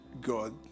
God